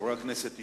חברי הכנסת השתדלו,